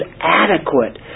adequate